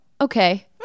okay